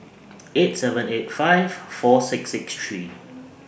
eight seven eight five four six six three